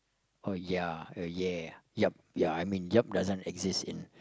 or ya or ya yup ya I mean yup doesn't exist in